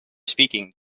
speaking